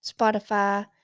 Spotify